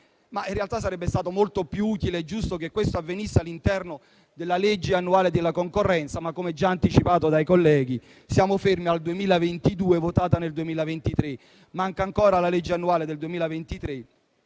in realtà sarebbe stato molto più utile e giusto che ciò avvenisse all'interno della legge annuale sulla concorrenza. Come però già anticipato dai colleghi, siamo fermi al 2022, con la legge votata nel 2023. Manca ancora la legge annuale del 2023